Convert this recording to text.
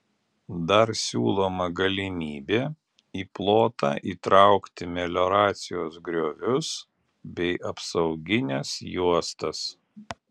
dar siūloma galimybė į plotą įtraukti melioracijos griovius bei apsaugines juostas